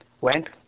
went